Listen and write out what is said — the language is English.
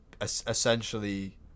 essentially